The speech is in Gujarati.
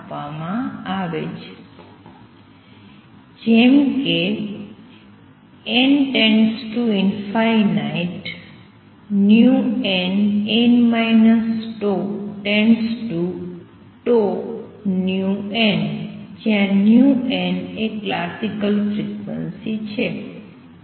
હવે જેમ કે n→∞ જ્યાં એ ક્લાસિકલ ફ્રિક્વન્સી છે